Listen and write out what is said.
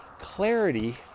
clarity